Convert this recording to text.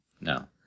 No